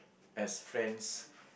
as friends